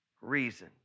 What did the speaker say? reason